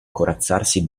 corazzarsi